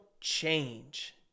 change